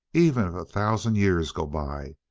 even if a thousand years go by,